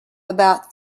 about